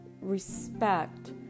respect